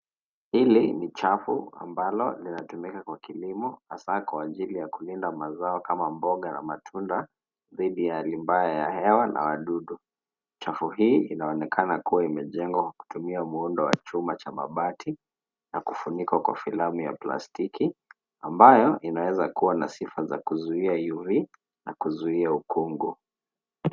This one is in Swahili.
Hili ni chafu ambalo linatumika kwa kilimo hasaa kwa ajiri ya kulinda mazao kama mboga na matunda dhidi ya hali mbaya ya hewa na wadudu. Chafu hii inaonekana kuwa imejengwa kutumia muundo wa chuma cha mabati na kufunikwa kwa filamu ya plastiki ambayo inaweza kuwa na sifa za kuzuia UV ,na kuuzia ukongo.